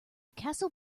castle